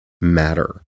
matter